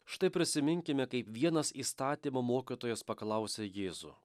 štai prisiminkime kaip vienas įstatymo mokytojas paklausė jėzų